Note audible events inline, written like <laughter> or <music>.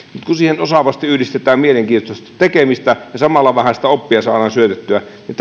kun siihen osaavasti yhdistetään mielenkiintoista tekemistä ja samalla vähän sitä oppia saadaan syötettyä niin <unintelligible>